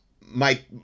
Mike